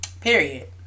Period